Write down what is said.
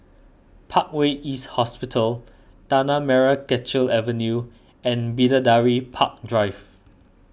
Parkway East Hospital Tanah Merah Kechil Avenue and Bidadari Park Drive